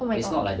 oh my god